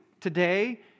today